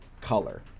color